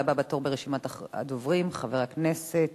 והבא בתור ברשימת הדוברים, חבר הכנסת